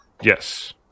Yes